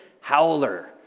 howler